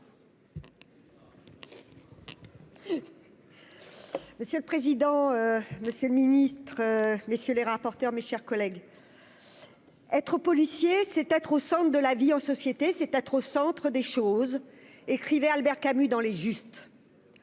Monsieur le président, Monsieur le ministre, messieurs les rapporteurs, mes chers collègues. être policier c'était au sens de la vie en société, c'est atroce, Centre des choses, écrivait Albert Camus dans les Justes,